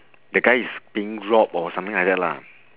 the guy is being robbed or something like that lah